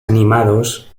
animados